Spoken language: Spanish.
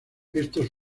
estos